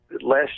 last